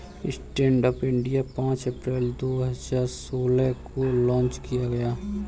stand up India पांच अप्रैल दो हजार सोलह को लॉन्च किया गया